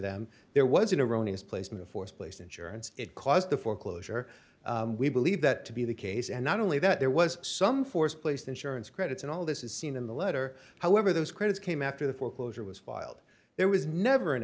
them there was an erroneous placement of th place insurance it caused the foreclosure we believe that to be the case and not only that there was some force placed insurance credits and all this is seen in the letter however those credits came after the foreclosure was filed there was never an